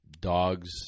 dogs